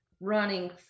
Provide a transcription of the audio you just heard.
running